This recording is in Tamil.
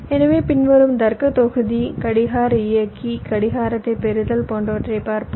எனவே பின்வரும் தர்க்கத் தொகுதி கடிகார இயக்கி கடிகாரத்தைப் பெறுதல் போன்றவற்றை பார்ப்போம்